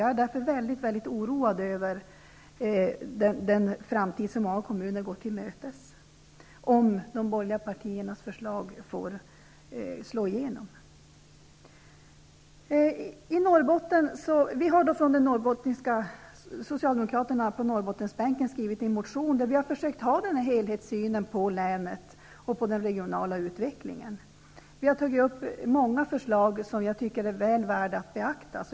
Jag är därför mycket oroad över den framtid som många kommuner går till mötes, om de borgerliga partiernas förslag får slå igenom. Socialdemokraterna på Norrbottensbänken har skrivit en motion där vi har försökt ha denna helhetssyn på länet och den regionala utvecklingen. Vi har tagit upp många förslag som jag tycker är väl värda att beakta.